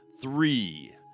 three